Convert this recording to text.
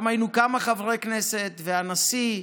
היינו שם כמה חברי כנסת והנשיא.